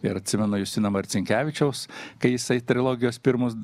ir atsimenu justino marcinkevičiaus kai jisai trilogijos pirmos